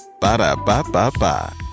Ba-da-ba-ba-ba